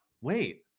Wait